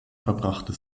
verbrachte